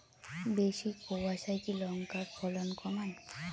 বেশি কোয়াশায় কি লঙ্কার ফলন কমায়?